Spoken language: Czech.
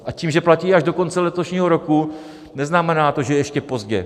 A tím, že platí až do konce letošního roku, neznamená to, že je ještě pozdě.